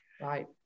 Right